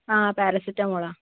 ആ പാരാസെറ്റമോളാ